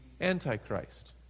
Antichrist